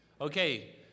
Okay